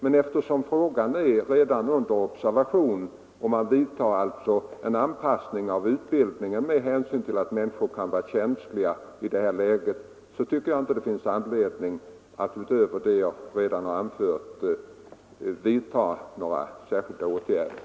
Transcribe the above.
Eftersom problemet redan är under observation och man anpassar utbildningen med hänsyn till att nyinryckta värnpliktiga kan vara känsliga för ansträngningar efter vaccineringen, tycker jag inte att det finns anledning att vidtaga några särskilda åtgärder utöver dem jag redan talat om.